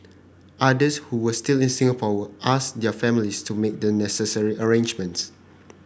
others who were still in Singapore asked their families to make the necessary arrangements